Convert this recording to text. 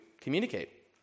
communicate